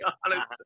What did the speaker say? honest